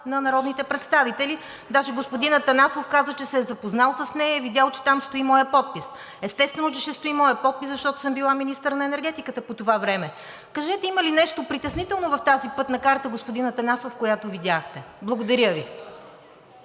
на народните представители. Даже господин Атанасов каза, че се е запознал с нея и е видял, че там стои моят подпис. Естествено, че стои моят подпис, защото съм била министър на енергетиката по това време. Кажете, има ли нещо притеснително в тази пътна карта, господин Атанасов, която видяхте? Благодаря Ви.